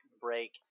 break